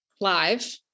live